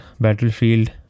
Battlefield